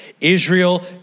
Israel